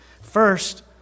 First